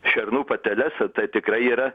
šernų pateles tai tikrai yra